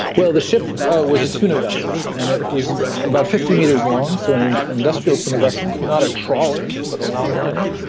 well, the ship ah was a tuna vessel, and it was about fifty meters long, so and and industrial tuna vessel, not a troller, but a long-liner.